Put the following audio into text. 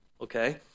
okay